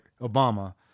Obama